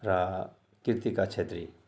र कृतिका छेत्री